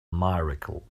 miracle